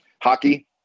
Hockey